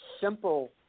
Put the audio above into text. simple